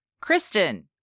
Kristen